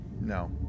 No